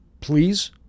please